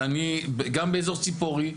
גם באזור ציפורי.